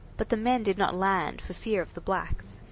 but the men did not land for fear of the blacks.